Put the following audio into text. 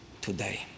today